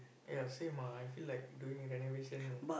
ya same ah I feel like doing renovation